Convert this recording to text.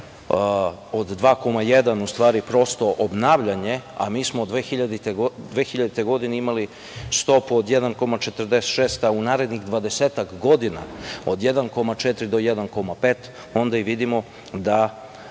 od 2,1% u stvari prosto obnavljanje, a mi smo 2000. godine imali stopu od 1,46%, a u narednih dvadesetak godina od 1,4% do 1,5%, onda vidimo da